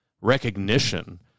recognition